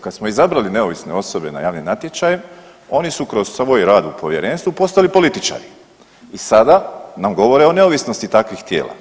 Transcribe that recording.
Kad smo izabrali neovisne osobe na javni natječaj oni su kroz svoj rad u povjerenstvu postali političari i sada nam govore o neovisnosti takvih tijela.